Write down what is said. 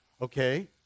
okay